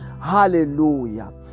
Hallelujah